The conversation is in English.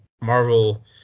Marvel